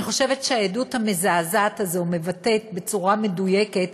אני חושבת שהעדות המזעזעת הזאת מבטאת בצורה מדויקת